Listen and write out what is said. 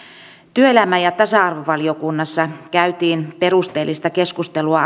työelämä ja tasa arvovaliokunnassa käytiin perusteellista keskustelua